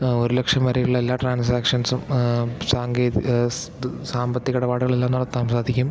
ഒരുലക്ഷം വരേയുള്ള എല്ലാ ട്രാൻസാക്ഷൻസും സാങ്കേത് ഏ ഇത് സാമ്പത്തിക ഇടപാടുകളെല്ലാം നടത്താൻ സാധിക്കും